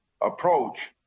approach